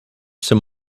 some